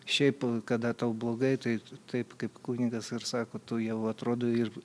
šiaip kada tau blogai tai taip kaip kunigas ir sako tu jau atrodo ir